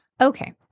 Okay